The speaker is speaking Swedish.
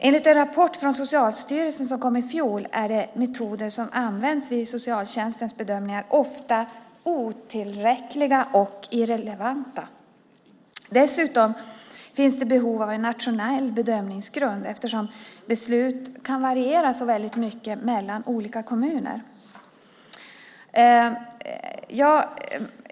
Enligt en rapport från Socialstyrelsen som kom i fjol är de metoder som används vid socialtjänstens bedömningar ofta otillräckliga och irrelevanta. Dessutom finns behov av en nationell bedömningsgrund eftersom beslut kan variera så mycket mellan olika kommuner.